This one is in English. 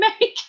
make